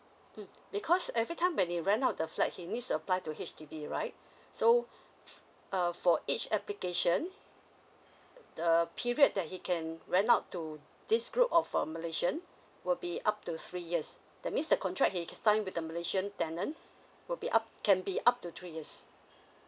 mm because every time when he rent out the flat he needs to apply to H_D_B right so err for each application the period that he can rent out to this group of a malaysian will be up to three years that means the contract he can sign with the malaysian tenant would be up can be up to three years